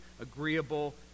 agreeable